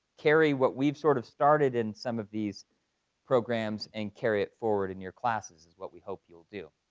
carry what we've sort of started in some of these programs and carry it forward in your classes, is what we hope you'll do.